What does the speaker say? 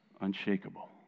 unshakable